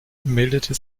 meldete